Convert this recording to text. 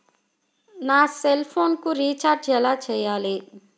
నా సెల్ఫోన్కు రీచార్జ్ ఎలా చేయాలి?